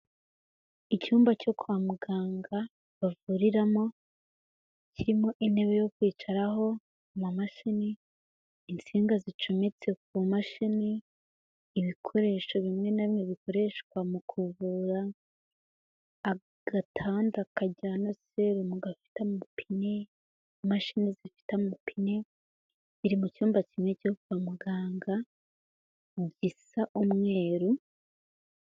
Icyumba cyo kwa muganga bavuriramo kirimo intebe yo kwicaraho, amamashini, insinga zicombitse ku mashini, ibikoresho bimwe na bimwe bikoreshwa mu kuvura, agatanda kajyana serumu gafite amapine, imashini zifite amapine ziri mu cyumba kimwe cyo kwa muganga gisa umweru.